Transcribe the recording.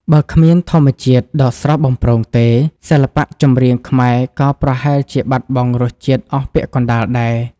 បើគ្មានធម្មជាតិដ៏ស្រស់បំព្រងទេ សិល្បៈចម្រៀងខ្មែរក៏ប្រហែលជាបាត់បង់រសជាតិអស់ពាក់កណ្ដាលដែរ។